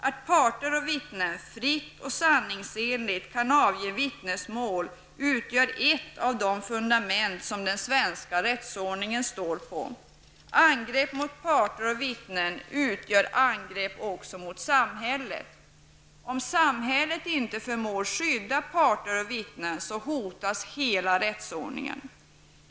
Att parter och vittnen fritt och sanningsenligt kan avge vittnesmål utgör ett av de fundament som den svenska rättsordningen står på. Angrepp mot parter och vittnen utgör angrepp också mot samhället. Om samhället inte förmår skydda parter och vittnen hotas hela rättsordningen.